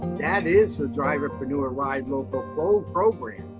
that is the driverpreneur ride local program,